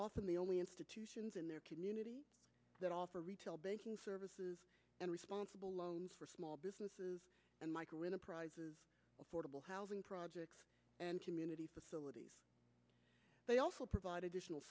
often the only institutions in their community that offer retail banking services and responsible loans for small businesses and micro enterprise is affordable housing projects and community facilities they also provide additional